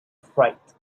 fright